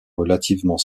relativement